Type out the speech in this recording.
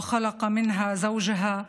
וברא ממנה את זוגה,